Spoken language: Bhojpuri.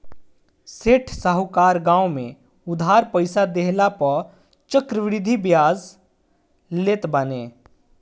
सेठ साहूकार गांव में उधार पईसा देहला पअ चक्रवृद्धि बियाज लेत बाने